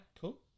cool